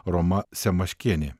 roma semaškienė